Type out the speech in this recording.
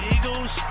Eagles